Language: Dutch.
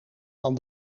van